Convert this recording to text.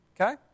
Okay